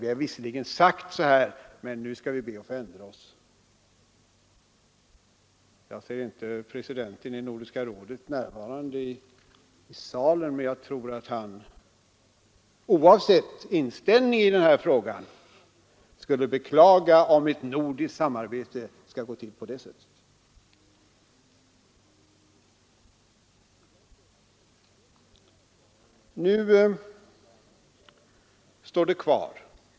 Vi har visserligen sagt så här, men nu skall vi be att få ändra oss. Jag ser inte presidenten i Nordiska rådet i kammaren nu, men jag tror att han oavsett sin inställning i brofrågan skulle beklaga om ett nordiskt samarbete gick till på det sättet.